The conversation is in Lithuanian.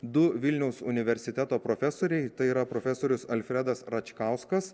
du vilniaus universiteto profesoriai tai yra profesorius alfredas račkauskas